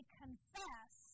confess